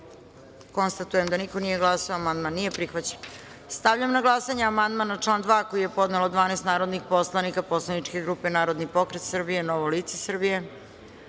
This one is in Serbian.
glasanje. Konstatujem da niko nije glasao. Amandman nije prihvaćen. Stavljam na glasanje amandman na član 3. koji je podnelo 12 narodnih poslanika poslaničke grupe Narodni pokret Srbije – Novo lice